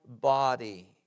body